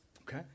Okay